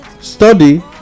study